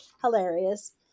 Hilarious